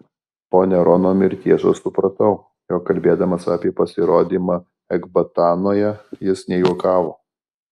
po nerono mirties aš supratau jog kalbėdamas apie pasirodymą ekbatanoje jis nejuokavo